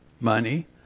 money